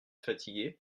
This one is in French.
fatigué